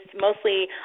mostly